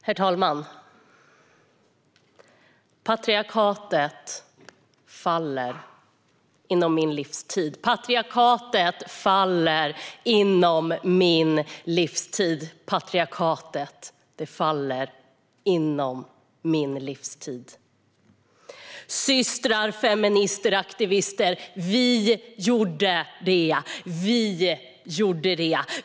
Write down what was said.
Herr talman! Patriarkatet faller inom min livstid. Patriarkatet faller inom min livstid. Patriarkatet faller inom min livstid. Systrar, feminister och aktivister! Vi gjorde det. Vi gjorde det.